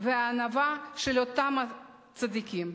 והענווה של אותם צדיקים.